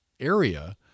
area